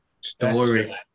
Story